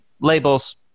labels